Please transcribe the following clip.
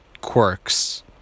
quirks